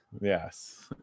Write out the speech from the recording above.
yes